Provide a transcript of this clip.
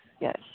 yes